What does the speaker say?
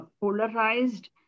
polarized